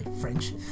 French